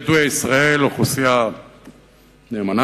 בדואי ישראל, אוכלוסייה נאמנה,